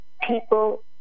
people